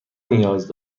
نیاز